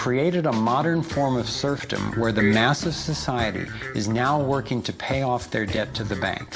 created a modern form of serfdom where the nasa society is now working to pay off their debt to the bank